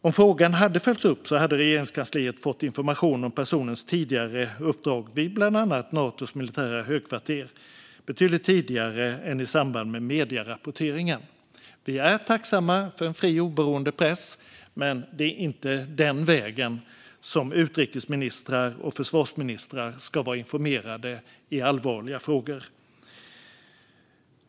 Om frågan hade följts upp hade Regeringskansliet fått information om personens tidigare uppdrag vid bland annat Natos militära högkvarter betydligt tidigare än i samband med medierapporteringen. Vi är tacksamma för en fri och oberoende press, men det är inte den vägen som utrikesministrar och försvarsministrar ska vara informerade i allvarliga frågor.